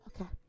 okay